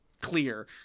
clear